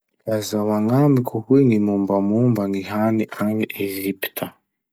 Lazao agnamiko hoe gny mombamomba gny hany agny Ezipta?